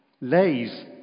lays